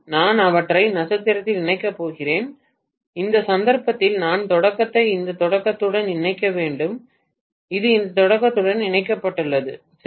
நான் அவற்றை நட்சத்திரத்தில் இணைக்கப் போகிறேன் இந்த சந்தர்ப்பத்தில் இந்த தொடக்கத்தை இந்த தொடக்கத்துடன் இணைக்க வேண்டும் இது இந்த தொடக்கத்துடன் இணைக்கப்பட்டுள்ளது சரி